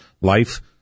life